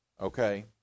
Okay